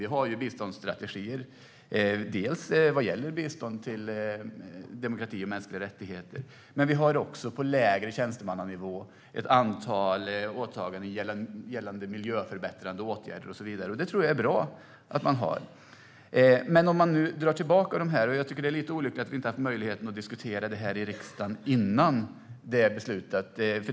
Vi har biståndsstrategier vad gäller bistånd till demokrati och mänskliga rättigheter. Vi har också på lägre tjänstemannanivå ett antal åtaganden gällande miljöförbättrande åtgärder och så vidare. Det tror jag är bra att ha. Men nu handlar det om att dra tillbaka de här. Jag tycker att det är lite olyckligt att vi inte har haft möjlighet att diskutera det i riksdagen före beslutet.